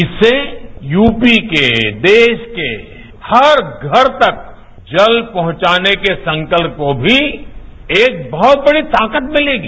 इससे यूपी को देश के हर घर तक जल पहुंचाने के संकल्प को भी एक बहुत बड़ी ताकत मिलेगी